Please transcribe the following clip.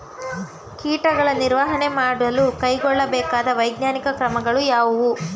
ಕೀಟಗಳ ನಿರ್ವಹಣೆ ಮಾಡಲು ಕೈಗೊಳ್ಳಬೇಕಾದ ವೈಜ್ಞಾನಿಕ ಕ್ರಮಗಳು ಯಾವುವು?